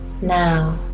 now